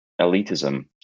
elitism